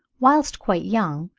whilst quite young,